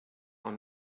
are